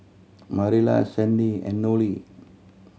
Marilla Sandie and Nolie